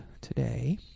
today